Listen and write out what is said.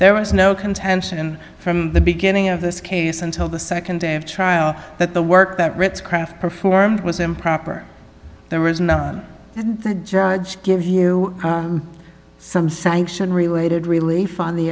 there was no contention from the beginning of this case until the second day of trial that the work that ritz craft performed was improper there was not that george give you some sanction related relief on the